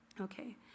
Okay